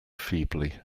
feebly